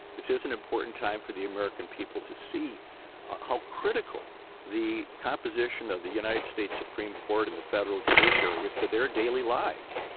this is an important time for the american people to see how critical the composition of the united states supreme court and the federal judiciary is to their daily lives.